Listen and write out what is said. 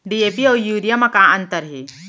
DAP अऊ urea म का अंतर हे?